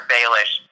Baelish